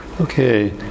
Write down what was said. Okay